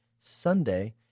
Sunday